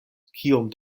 kiom